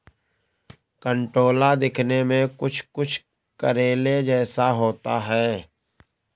कंटोला दिखने में कुछ कुछ करेले जैसा होता है